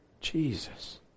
Jesus